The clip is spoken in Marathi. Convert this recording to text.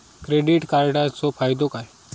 क्रेडिट कार्डाचो फायदो काय?